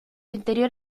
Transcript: interior